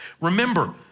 Remember